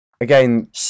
again